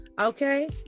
okay